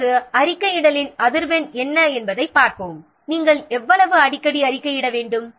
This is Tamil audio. இப்போது அறிக்கையிடலின் அதிர்வெண் என்ன என்பதைப் பார்ப்போம் நாம் எவ்வளவு அடிக்கடி அறிக்கையிட வேண்டும்